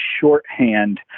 shorthand